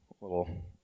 little